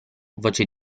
voce